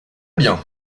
bien